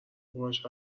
باهاش